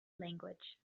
language